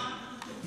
האם